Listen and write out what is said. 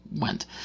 went